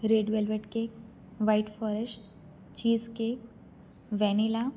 red velvet cake white forest cheez cake vanilla